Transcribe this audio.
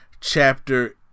chapter